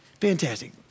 fantastic